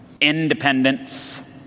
independence